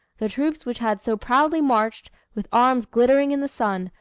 the troops which had so proudly marched, with arms glittering in the sun,